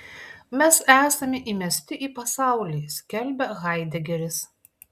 mes esame įmesti į pasaulį skelbia haidegeris